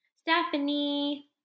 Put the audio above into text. Stephanie